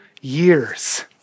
years